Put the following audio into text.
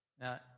Now